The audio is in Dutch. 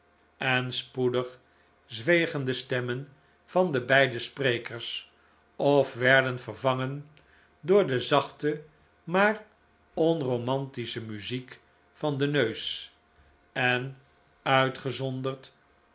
en spoedig zwegen de stemmen van de beide sprekers of werden vervangen door de zachte maar onromantische muziek van den neus en uitgezonderd